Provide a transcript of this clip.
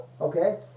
okay